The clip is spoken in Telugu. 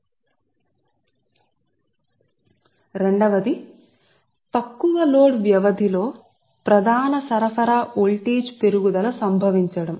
తరువాత ది రెండవది తక్కువ లోడ్ వ్యవధి లో సరఫరా ప్రధాన వోల్టేజ్ పెరుగుదల సంభవించడం